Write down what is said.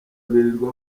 birirwa